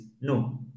No